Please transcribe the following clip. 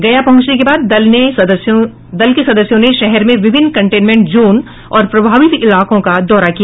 गया पहुंचने के बाद दल के सदस्यों ने शहर में विभिन्न कंटेनमेंट जोन और प्रभावित इलाकों का दौरा किया